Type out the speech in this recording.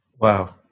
Wow